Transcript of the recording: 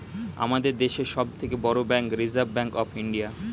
আমাদের দেশের সব থেকে বড় bank reserve bank of India